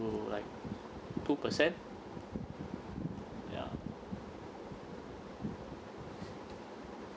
to like two percent ya